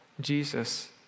Jesus